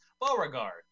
Beauregard